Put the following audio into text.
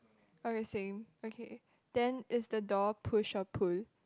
alright same okay then is the door push or pull